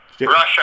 Russia